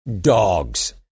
Dogs